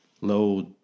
load